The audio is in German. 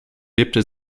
lebte